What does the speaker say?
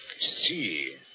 see